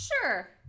sure